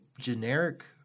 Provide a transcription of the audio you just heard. generic